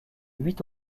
huit